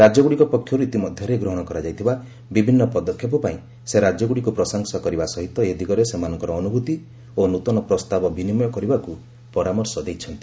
ରାଜ୍ୟଗୁଡ଼ିକ ପକ୍ଷରୁ ଇତିମଧ୍ୟରେ ଗ୍ରହଣ କରାଯାଇଥିବା ବିଭିନ୍ନ ପଦକ୍ଷେପ ପାଇଁ ସେ ରାଜ୍ୟଗୁଡ଼ିକୁ ପ୍ରଶଂସା କରିବା ସହିତ ଏଦିଗରେ ସେମାନଙ୍କର ଅନୁଭୂତି ଓ ନୂତନ ପ୍ରସ୍ତାବ ବିନିମୟ କରିବାକ୍ତ ପରାମର୍ଶ ଦେଇଛନ୍ତି